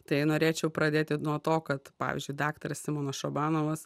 tai norėčiau pradėti nuo to kad pavyzdžiui daktaras simonas šabanovas